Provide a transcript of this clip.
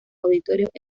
auditorios